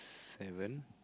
seven